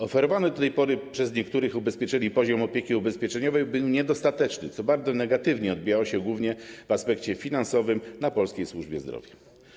Oferowany do tej pory przez niektórych ubezpieczycieli poziom opieki ubezpieczeniowej był niedostateczny, co bardzo negatywnie odbijało się, głównie w aspekcie finansowym, na polskiej służbie zdrowia.